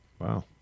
Wow